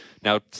now